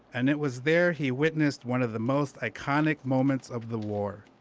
and it was there he witnessed one of the most iconic moments of the war.